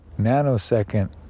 nanosecond